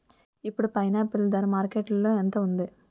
ఇప్పుడు పైనాపిల్ ధర మార్కెట్లో ఎంత ఉంది?